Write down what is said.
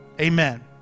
amen